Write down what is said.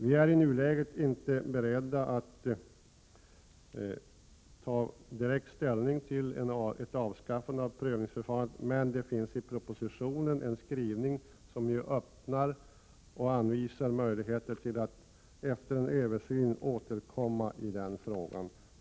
Vi är i nuläget inte beredda att direkt ta ställning till ett avskaffande av prövningsförfarandet, men det finns i propositionen en skrivning som öppnar för och anvisar möjligheter till att efter en översyn återkomma i den frågan.